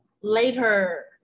Later